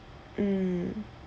mm